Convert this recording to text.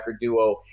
duo